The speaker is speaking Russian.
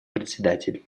председатель